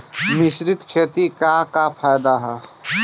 मिश्रित खेती क का फायदा ह?